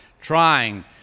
trying